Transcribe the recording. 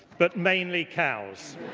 but mainly cows.